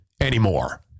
anymore